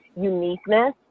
uniqueness